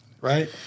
right